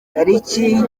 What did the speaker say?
tariki